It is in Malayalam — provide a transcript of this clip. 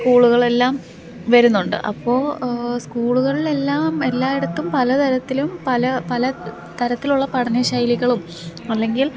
സ്കൂള്കളെല്ലാം വരുന്നുണ്ട് അപ്പോൾ സ്കൂളുകളിലെല്ലാം എല്ലായിടത്തും പല തരത്തിലും പല പല തരത്തിലുള്ള പഠന ശൈലികളും അല്ലെങ്കില്